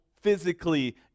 physically